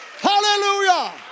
Hallelujah